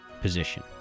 position